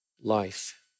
life